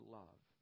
love